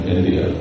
India